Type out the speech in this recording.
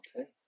Okay